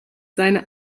seine